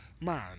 man